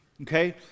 Okay